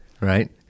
Right